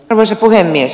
arvoisa puhemies